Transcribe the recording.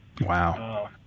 Wow